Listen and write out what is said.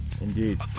Indeed